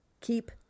Keep